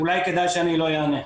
ואולי כדאי שאני לא אענה.